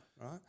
right